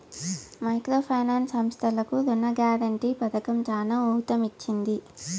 micro finance సంస్థలకు రుణ guarantee పథకం చానా ఊతమిచ్చింది